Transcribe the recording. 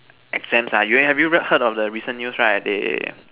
exams ah have you heard of the recent news right they